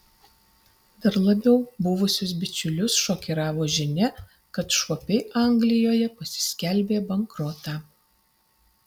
dar labiau buvusius bičiulius šokiravo žinia kad šuopiai anglijoje pasiskelbė bankrotą